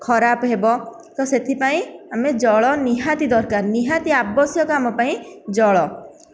ଖରାପ ହେବ ତ ସେଥିପାଇଁ ଜଳ ଆମେ ନିହାତି ଦରକାର ନିହାତି ଆବଶ୍ୟକ ଆମ ପାଇଁ ଜଳ